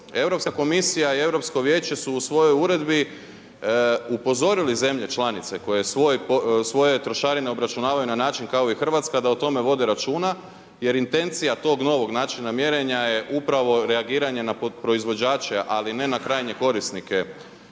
Europska komisija i Europsko vijeće su u svojoj uredbi upozorili zemlje članice koje svoje trošarine obračunavaju na način kao i Hrvatska da o tome vode računa jer intencija tog novog načina mjerenja je upravo reagiranje na proizvođače ali ne i na krajnje korisnike,